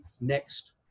next